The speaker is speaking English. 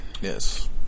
Yes